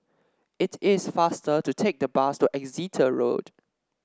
it is faster to take the bus to Exeter Road